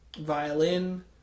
violin